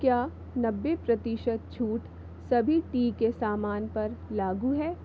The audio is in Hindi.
क्या नब्बे प्रतिशत छूट सभी टी के सामान पर लागू है